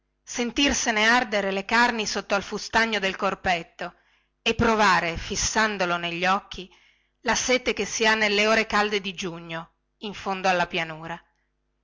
innamorarsi sentirsene ardere le carni sotto al fustagno del corpetto e provare fissandolo negli occhi la sete che si ha nelle ore calde di giugno in fondo alla pianura